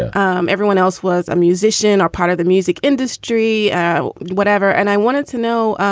um everyone else was a musician or part of the music industry or whatever. and i wanted to know,